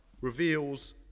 reveals